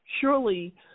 surely